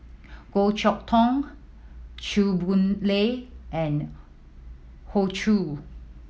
Goh Chok Tong Chew Boon Lay and Hoey Choo